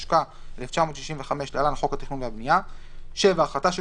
התשכ"ה 1965‏ (להלן חוק התכנון והבנייה); (7)החלטה של